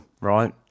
Right